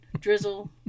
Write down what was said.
Drizzle